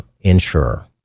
insurer